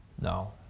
No